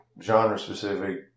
genre-specific